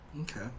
Okay